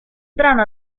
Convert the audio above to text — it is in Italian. brano